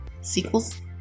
Sequels